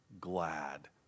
glad